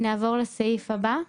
נעבור לסעיף הבא.